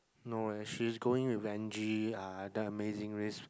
no eh she is going with Angie ah the Amazing Race